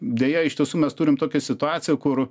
deja iš tiesų mes turim tokią situaciją kur